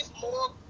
more